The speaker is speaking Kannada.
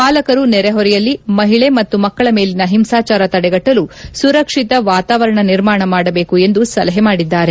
ಪಾಲಕರು ನೆರೆಹೊರೆಯಲ್ಲಿ ಮಹಿಳೆ ಮತ್ತು ಮಕ್ಕಳ ಮೇಲಿನ ಹಿಂಸಾಜಾರ ತಡೆಗಟ್ಟಲು ಸುರಕ್ಷಿಕ ವಾತಾವರಣ ನಿರ್ಮಾಣ ಮಾಡಬೇಕು ಎಂದು ಸಲಹೆ ಮಾಡಿದ್ದಾರೆ